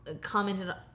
commented